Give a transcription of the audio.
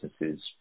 businesses